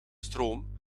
stroom